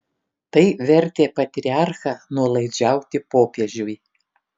tai vertė patriarchą nuolaidžiauti popiežiui